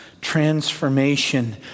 transformation